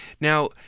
now